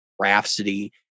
Rhapsody